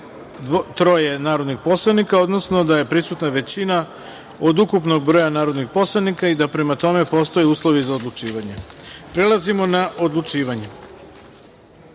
163 narodna poslanika, odnosno da je prisutna većina od ukupnog broja narodnih poslanika i da prema tome postoje uslovi za odlučivanje. Prelazimo na odlučivanje. Prelazimo